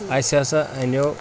اَسہِ ہسا اَنو